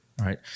right